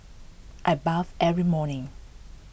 I bath every morning